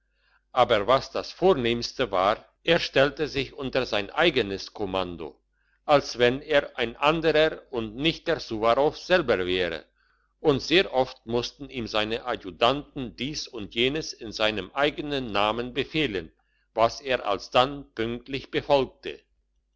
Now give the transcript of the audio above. aber was das vornehmste war er stellte sich unter sein eigenes kommando als wenn er ein anderer und nicht der suwarow selber wäre und sehr oft mussten ihm seine adjutanten dies und jenes in seinem eigenen namen befehlen was er alsdann pünktlich befolgte